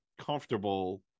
comfortable